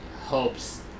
hopes